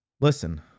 Listen